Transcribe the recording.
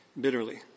bitterly